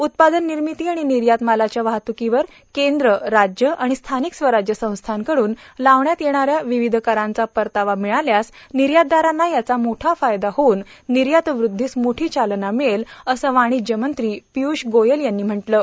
उत्पादन निर्मिती आणि निर्यात मालाच्या वाहत्कीवर केंद्र राज्य आणि स्थानिक स्वराज्य संस्थाकड्न लावण्यात येणाऱ्या विविध करांचा परतावा मिळाल्यास निर्यातदारांना याचा मोठा फायदा होऊन निर्यातवृद्धीस मोठी चालना मिळेल असं वाणिज्य मंत्री पिय्ष गोयल यांनी म्हटलं आहे